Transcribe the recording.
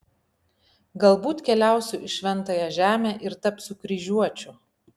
galbūt keliausiu į šventąją žemę ir tapsiu kryžiuočiu